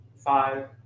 five